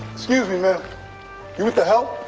excuse me, ma'am. you with the help?